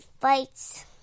fights